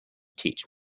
teach